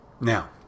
Now